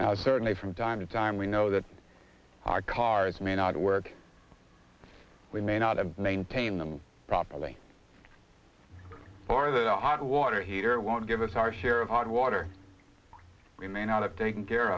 now certainly from time to time we know that our cars may not work we may not have maintained them properly or the hot water heater won't give us our share of hot water we may not have taken care